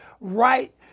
right